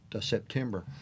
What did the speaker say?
September